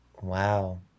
Wow